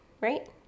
right